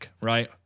right